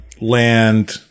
land